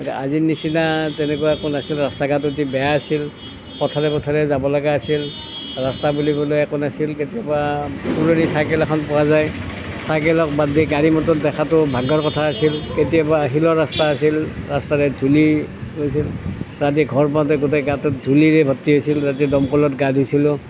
আজিৰ নিচিনা তেনেকুৱা একো নাছিল ৰাস্তা ঘাট অতি বেয়া আছিল পথাৰে পথাৰে যাব লগা আছিল ৰাস্তা বুলিবলৈ একো নাছিল কেতিয়াবা পুৰণি চাইকেল এখন পোৱা যায় চাইকেলক বাদ দি গাড়ী মটৰ দেখাটো ভাগ্যৰ কথা আছিল কেতিয়াবা শিলৰ ৰাস্তা আছিল ৰাস্তাৰে ধূলি ৰাতি ঘৰ পাঁওতে গোটেই গাটোত ধূলিৰে ভৰ্তি হৈছিল ৰাতি দমকলত গা ধুইছিলোঁ